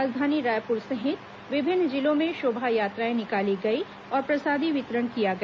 राजधानी रायपुर सहित विभिन्न जिलों में शोभायात्राएं निकाली गईं और प्रसादी वितरण किया गया